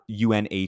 UNH